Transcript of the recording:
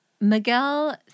Miguel